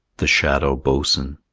the shadow boatswain